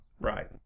Right